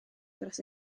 dros